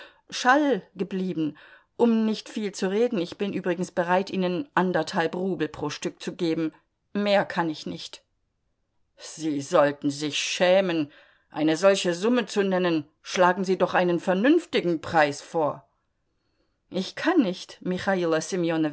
schall geblieben um nicht viel zu reden bin ich übrigens bereit ihnen anderthalb rubel pro stück zu geben mehr kann ich nicht sie sollten sich schämen eine solche summe zu nennen schlagen sie doch einen vernünftigen preis vor ich kann nicht